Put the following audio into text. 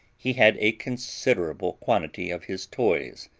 he had a considerable quantity of his toys,